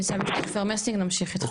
עופר מסינג נמשיך איתך.